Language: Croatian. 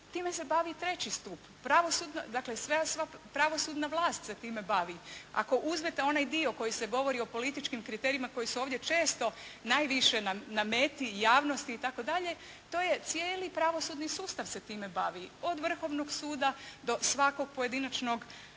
time se bavi i treći stup. Dakle sva pravosudna vlast se time bavi. Ako uzmete onaj dio koji govori o političkim kriterijima koji se ovdje često najviše na meti javnosti itd. to je cijeli pravosudni sustav se time bavi, od Vrhovnog suda do svakog pojedinačnog